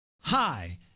Hi